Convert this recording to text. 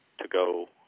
to-go